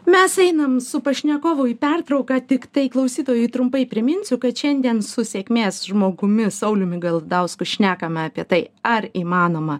mes einam su pašnekovu į pertrauką tiktai klausytojui trumpai priminsiu kad šiandien su sėkmės žmogumi sauliumi galadausku šnekame apie tai ar įmanoma